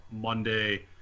Monday